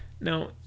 Now